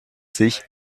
sich